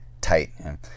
tight